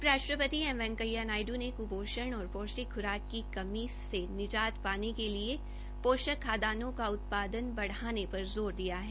उपराष्ट्रपति एम वैकेंया नायड् ने क्पोषण और पौष्टिक ख्राक की कमी की समस्या से निजात पाने के लिए पोषक खाद्यन्नों की उत्पादन बढ़ाने पर जोर दिया है